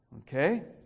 Okay